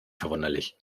verwunderlich